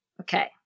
Okay